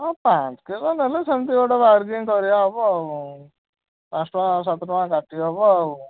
ହଁ ପାଞ୍ଚ କିଲୋ ନେଲେ ସେମିତି ଗୋଟେ କରି ହେବ ଆଉ ପାଞ୍ଚ ଟଙ୍କା ସାତ ଟଙ୍କା କାଟି ହେବ ଆଉ